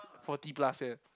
forty plus eh